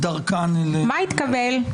מה התקבל?